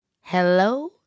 Hello